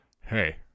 hey